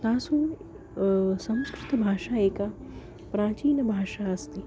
तासु संस्कृतभाषा एका प्राचीनभाषा अस्ति